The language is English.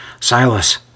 Silas